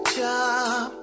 job